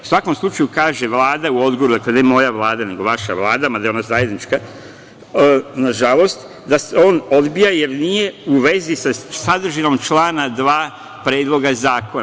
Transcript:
U svakom slučaju kaže Vlada u odgovoru, ne moja Vlada, nego vaša Vlada, mada je ona zajednička, nažalost, odbija jer nije u vezi sa sadržinom člana 2. Predloga zakona.